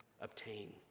obtain